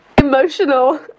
emotional